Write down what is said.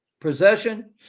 possession